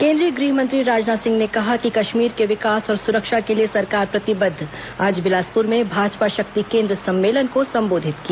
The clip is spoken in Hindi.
केंद्रीय गृह मंत्री राजनाथ सिंह ने कहा कि कश्मीर के विकास और सुरक्षा के लिए सरकार प्रतिबद्व आज बिलासपुर में भाजपा शक्ति केंद्र सम्मेलन को संबोधित किया